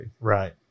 Right